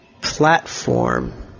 platform